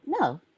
No